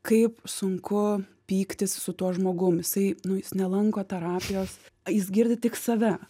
kaip sunku pyktis su tuo žmogum jisai nu jis nelanko terapijos jis girdi tik save